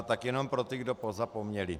Tak jenom pro ty, kdo pozapomněli.